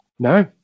No